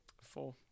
Four